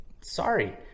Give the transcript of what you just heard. sorry